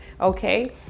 okay